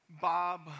Bob